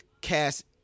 cast